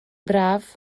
braf